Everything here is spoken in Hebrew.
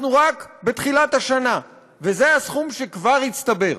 אנחנו רק בתחילת השנה, וזה הסכום שכבר הצטבר.